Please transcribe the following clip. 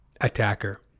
Attacker